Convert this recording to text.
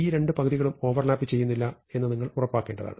ഈ രണ്ടു പകുതികളും ഓവർ ലാപ്പ് ചെയ്യുന്നില്ല എന്ന് നിങ്ങൾ ഉറപ്പാക്കേണ്ടതാണ്